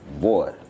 boy